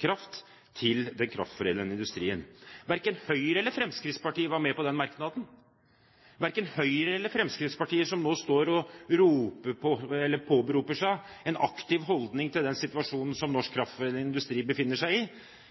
kraft til den kraftforedlende industrien. Verken Høyre eller Fremskrittspartiet var med på den merknaden. Verken Høyre eller Fremskrittspartiet, som nå står og påberoper seg en aktiv holdning til den situasjonen som norsk kraftforedlende industri befinner seg i,